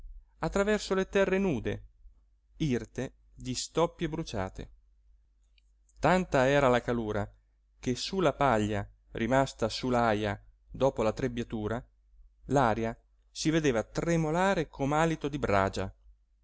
traverso le terre nude irte di stoppie bruciate tanta era la calura che su la paglia rimasta su l'aja dopo la trebbiatura l'aria si vedeva tremolare com'alito di bragia